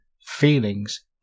feelings